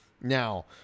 Now